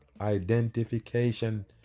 identification